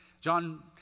John